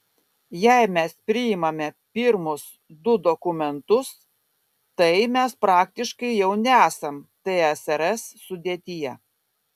jei mes priimame pirmus du dokumentus tai mes praktiškai jau nesam tsrs sudėtyje